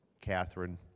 catherine